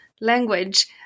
language